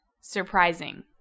surprising